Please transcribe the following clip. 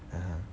(uh huh)